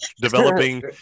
developing